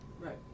Right